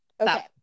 Okay